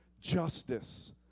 justice